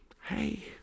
hey